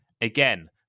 Again